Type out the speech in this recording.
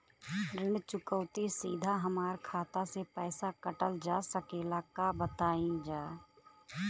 ऋण चुकौती सीधा हमार खाता से पैसा कटल जा सकेला का बताई जा?